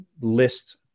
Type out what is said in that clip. list